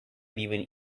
even